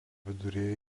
viduryje